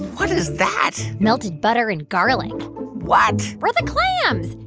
what is that? melted butter and garlic what? for the clams.